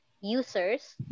users